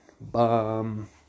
bum